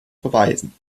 beweisen